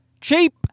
Cheap